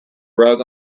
rug